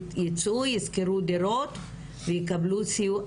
ייצאו ישכרו דירות ויקבלו סיוע,